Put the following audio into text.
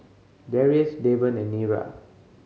Drrius Davon and Nira